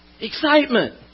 excitement